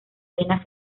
vena